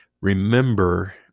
remember